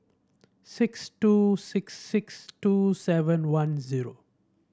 six two six six two seven one zero